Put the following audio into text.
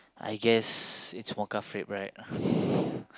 I guess it's mocha frappe right